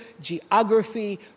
geography